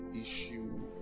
issue